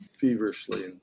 feverishly